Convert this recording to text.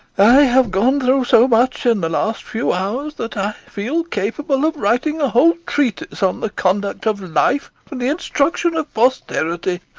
i have gone through so much in the last few hours that i feel capable of writing a whole treatise on the conduct of life for the instruction of posterity.